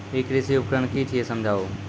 ई कृषि उपकरण कि छियै समझाऊ?